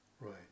right